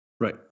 Right